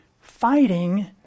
fighting